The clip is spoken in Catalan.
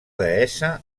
deessa